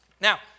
Now